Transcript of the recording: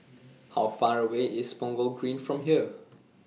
How Far away IS Punggol Green from here